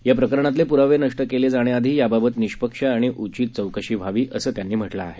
याप्रकरणातले पुरावे नष्ट केले जाण्याआधी याबाबत निष्पक्ष आणि उचित चौकशी व्हावी असं त्यांनी म्हाज्ञं आहे